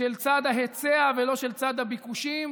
של צד ההיצע ולא של צד הביקושים,